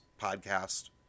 Podcast